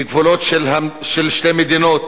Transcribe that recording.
כגבולות של שתי מדינות